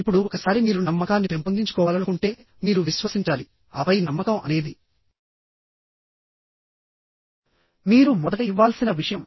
ఇప్పుడుఒకసారి మీరు నమ్మకాన్ని పెంపొందించుకోవాలనుకుంటేమీరు విశ్వసించాలిఆపై నమ్మకం అనేది మీరు మొదట ఇవ్వాల్సిన విషయం